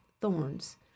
thorns